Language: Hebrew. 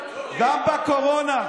גם בקורונה.